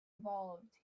evolved